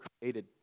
created